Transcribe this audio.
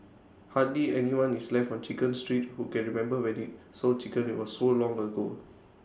hardly anyone is left on chicken street who can remember when IT sold chickens IT was so long ago